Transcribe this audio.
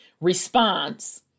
response